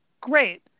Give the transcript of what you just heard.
Great